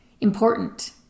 important